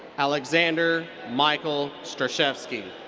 alexander michael straschewski.